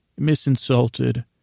misinsulted